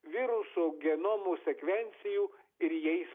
viruso genomų sekvencijų ir jais